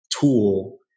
tool